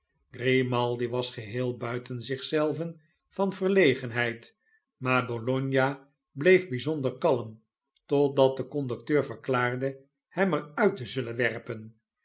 grimaldi was geheel buiten zich zelven van verlegenheid maar bologna bleef bijzonder kalm totdat de conducteur verklaarde hem er uit te zullen werpen